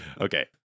Okay